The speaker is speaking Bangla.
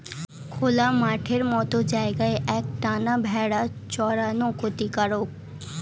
খোলা মাঠের মত জায়গায় এক টানা ভেড়া চরানো ক্ষতিকারক